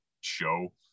show